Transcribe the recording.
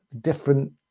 Different